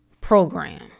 program